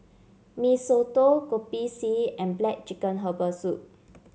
Mee Soto Kopi C and black chicken Herbal Soup